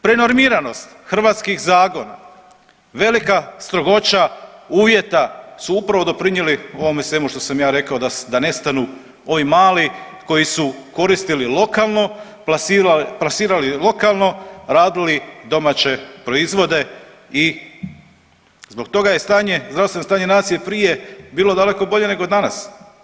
Prenormiranost hrvatskih zakona, velika strogoća uvjeta su upravo doprinijeli ovome svemu što sam ja rekao da nestanu ovi mali koji su koristili lokalno, plasirali lokalno radili domaće proizvode i zbog toga je stanje, zdravstveno stanje nacije prije bilo daleko bolje nego danas.